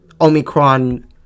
Omicron